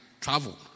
travel